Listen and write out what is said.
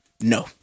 No